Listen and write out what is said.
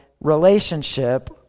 relationship